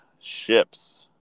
ships